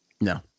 No